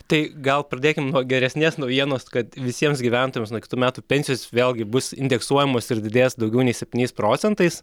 tai gal pradėkim nuo geresnės naujienos kad visiems gyventojams nuo kitų metų pensijos vėlgi bus indeksuojamos ir didės daugiau nei septyniais procentais